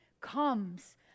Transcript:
comes